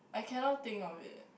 I cannot think of it